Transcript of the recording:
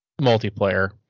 multiplayer